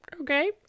Okay